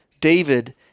David